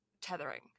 tethering